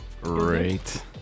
Great